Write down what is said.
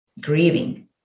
grieving